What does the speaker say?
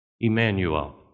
Emmanuel